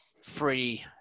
free